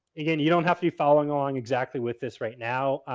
again, you don't have to be following along exactly with this right now.